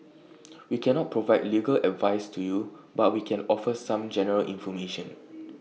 we cannot provide legal advice to you but we can offer some general information